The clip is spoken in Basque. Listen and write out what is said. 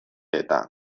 eta